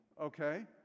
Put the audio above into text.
Okay